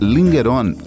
Lingeron